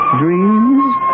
dreams